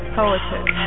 poetry